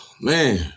man